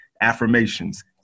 affirmations